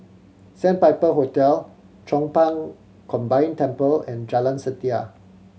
Sandpiper Hotel Chong Pang Combined Temple and Jalan Setia